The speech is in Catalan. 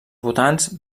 votants